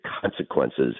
consequences